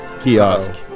kiosk